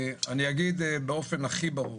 אני אגיד באופן הכי ברור,